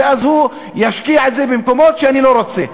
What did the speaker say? ואז הוא ישקיע את זה במקומות שאני לא רוצה.